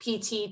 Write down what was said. PT